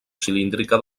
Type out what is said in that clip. cilíndrica